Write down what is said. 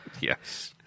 Yes